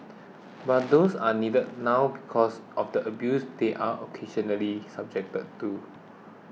but these are needed now because of the abuse they are occasionally subjected to